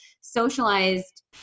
socialized